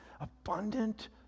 abundant